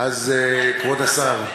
כבוד השר,